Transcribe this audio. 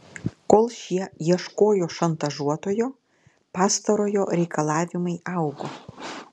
kol šie ieškojo šantažuotojo pastarojo reikalavimai augo